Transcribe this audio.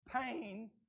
pain